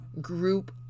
group